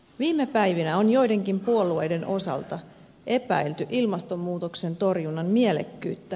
viime päivinä on joidenkin puolueiden osalta epäilty ilmastonmuutoksen torjunnan mielekkyyttä